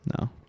No